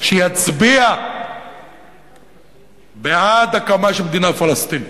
שיצביע בעד הקמה של מדינה פלסטינית.